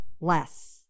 less